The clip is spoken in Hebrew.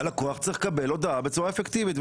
הלקוח צריך לקבל הודעה בצורה אפקטיבית.